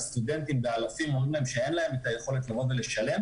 והסטודנטים באלפים אומרים שאין להם את היכולת לשלם,